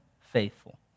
faithful